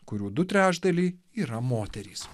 kurių du trečdaliai yra moterys